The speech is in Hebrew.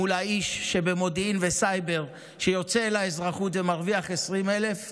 מול האיש שבמודיעין וסייבר שיוצא לאזרחות ומרוויח 20,000 שקלים,